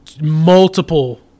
multiple